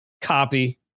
copy